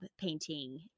painting